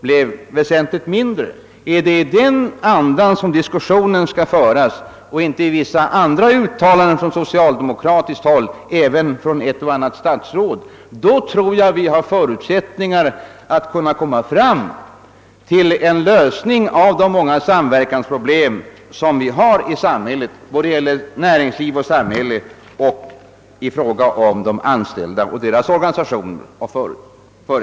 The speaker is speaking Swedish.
Om diskussionen kommer att föras i denna anda och inte i linje med vissa andra uttalanden från socialdemokratiskt håll — även från ett och annat statsråd — tror jag att vi har förutsättningar att kunna nå en lösning av de många samverkansproblem som föreligger mellan näringsliv och samhälle och även inom företagsamheten med de anställda och deras organisationer.